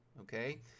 Okay